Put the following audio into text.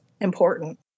important